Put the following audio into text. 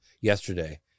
yesterday